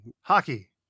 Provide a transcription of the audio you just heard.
Hockey